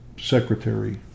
secretary